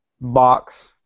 box